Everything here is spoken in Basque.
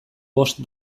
bost